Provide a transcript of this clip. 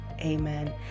amen